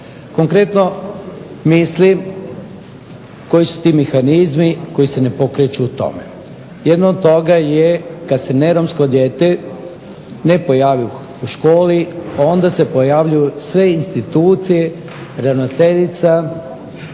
Konkretno mislim koji su ti mehanizmi koji se ne pokreću u tome. Jedno od toga je kada se neromsko dijete ne pojavi u školi onda se pojave sve institucije, ravnateljica,